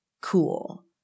cool